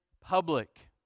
public